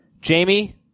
Jamie